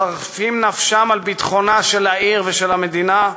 מחרפים נפשם על ביטחון העיר והמדינה,